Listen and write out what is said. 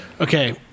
Okay